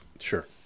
Sure